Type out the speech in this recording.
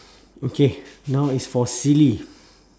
okay now it's for silly